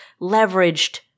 leveraged